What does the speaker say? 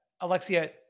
Alexia